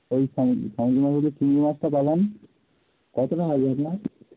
ওই যে চিংড়ি মাছটা পাবেন কতোটা লাগবে আপনার